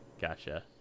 Gotcha